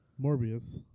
Morbius